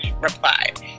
replied